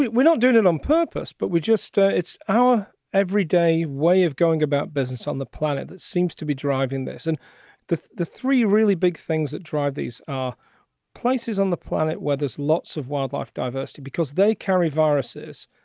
we we don't do that on purpose, but we just ah it's our everyday way of going about business on the planet that seems to be driving this. and the the three really big things that drive these are places on the planet where there's lots of wildlife diversity because they carry viruses,